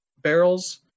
barrels